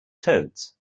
toads